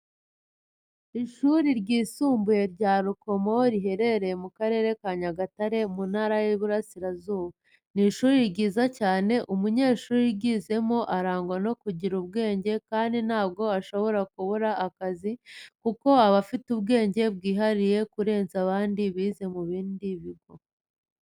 Ishuri ryisumbuye rya Rukomo riherereye mu Karere ka Nyagatare mu Ntara y'Iburasirazuba. Ni ishuri ryiza cyane umunyeshuri uryizemo arangwa no kugira ubwenge kandi ntabwo ashobora kubura akazi kuko aba afite ubwenge bwihariye kurenza abandi bize mu bindi bigo.